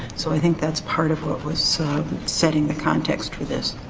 so, i think that's part of what was said in the context for this.